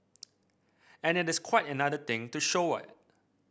and it is quite another thing to show it